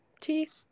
teeth